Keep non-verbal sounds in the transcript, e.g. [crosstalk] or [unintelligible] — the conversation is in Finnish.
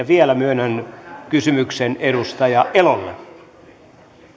[unintelligible] vielä myönnän kysymyksen edustaja elolle